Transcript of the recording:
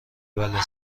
بله